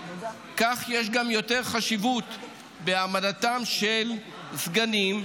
כך יש גם יותר חשיבות בהעמדתם של סגנים,